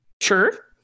sure